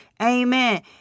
Amen